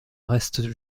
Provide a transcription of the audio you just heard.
reste